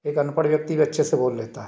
एक अनपढ़ व्यक्ति भी अच्छे से बोल लेता है